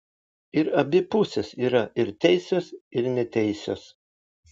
ir abi pusės yra ir teisios ir neteisios